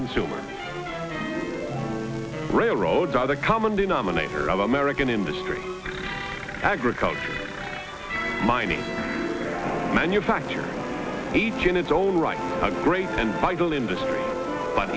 consumer railroad other common denominator of american industry agriculture mining manufacture each in its own right a great and by the oil industry but